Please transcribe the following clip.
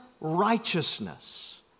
righteousness